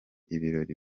ibirori